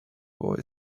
boy